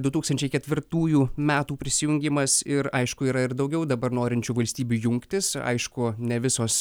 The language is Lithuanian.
du tūkstančiai ketvirtųjų metų prisijungimas ir aišku yra ir daugiau dabar norinčių valstybių jungtis aišku ne visos